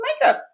makeup